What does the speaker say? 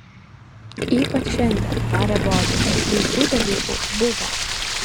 ypač šiandien tarė bozas baisių dalykų buvo